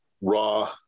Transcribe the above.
raw